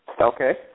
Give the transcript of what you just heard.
Okay